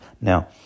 Now